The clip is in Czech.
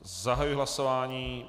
Zahajuji hlasování.